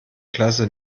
klasse